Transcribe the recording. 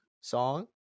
song